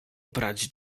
brać